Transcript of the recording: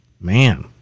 Man